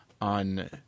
on